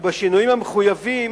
ובשינויים המחויבים